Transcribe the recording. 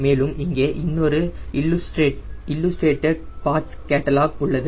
மேலும் இங்கே இன்னொரு இல்லுஸ்ட்ரேட்டட் பார்ட்ஸ் கேட்டலாக் உள்ளது